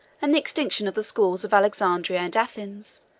and the extinction of the schools of alexandria and athens,